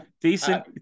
decent